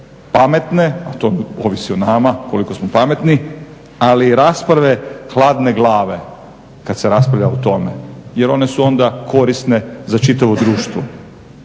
pametne, a to ovisi o nama koliko smo pametni, ali i rasprave hladne glave kad se raspravlja o tome jer one su onda korisne za čitavo društvo.